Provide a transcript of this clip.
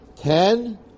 Ten